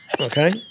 Okay